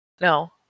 No